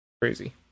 Crazy